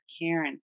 Karen